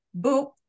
boop